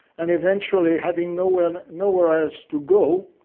and eventually having nowhere nowhere else to go,